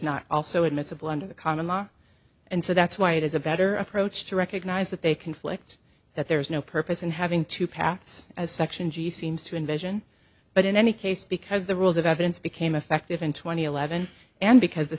not also admissible under the common law and so that's why it is a better approach to recognize that they conflict that there is no purpose in having two paths as section g seems to envision but in any case because the rules of evidence became effective in two thousand and eleven and because the